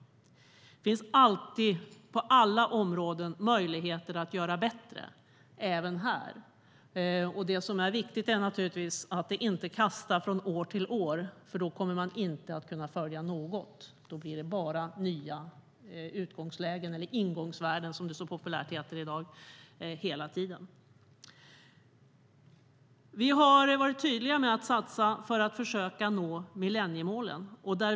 Det finns alltid på alla områden möjligheter att göra bättre - även här. Det som är viktigt är naturligtvis att det inte kastar år från år, för då kommer man inte att kunna följa något. Då blir det hela tiden nya utgångslägen eller ingångsvärden, som det så populärt heter i dag. Vi har varit tydliga med att satsa för att försöka nå millenniemålen.